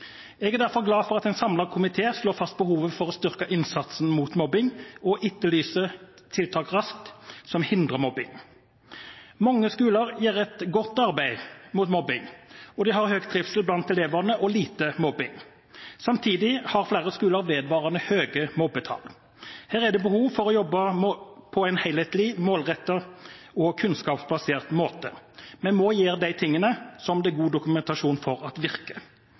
Jeg er derfor glad for at en samlet komité slår fast behovet for å styrke innsatsen mot mobbing og etterlyser tiltak raskt som hindrer mobbing. Mange skoler gjør et godt arbeid mot mobbing, og de har god trivsel blant elevene og lite mobbing. Samtidig har flere skoler vedvarende høye mobbetall. Her er det behov for å jobbe på en helhetlig, målrettet og kunnskapsbasert måte. Vi må gjøre det som det er god dokumentasjon for virker.